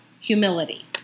humility